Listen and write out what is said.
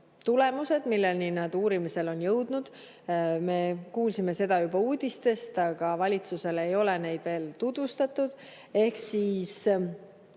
tulemused, milleni nad uurimisel on jõudnud. Me kuulsime seda juba uudistest, aga valitsusele ei ole neid veel tutvustatud, ehk neid